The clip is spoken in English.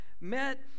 met